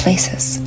places